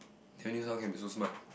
then only this one can be so smart